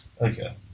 Okay